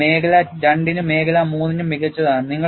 ഇത് മേഖല II നും മേഖല III നും മികച്ചതാണ്